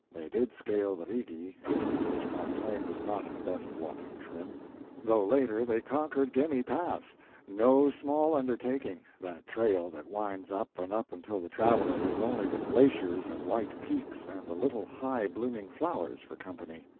they did scale the rigi, after which mark twain was not in the best walking trim though later they conquered gemmi pass no small undertaking that trail that winds up and up until the traveler has only the glaciers and white peaks and the little high-blooming flowers for company.